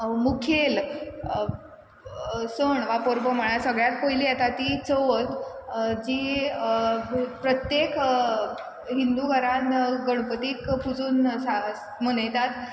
मुखेल सण वा परब्यो म्हणल्यार सगल्यांत पयली येता ती चवथ जी प्रत्येक हिंदू घरान गणपतीक पुजून सा मनयतात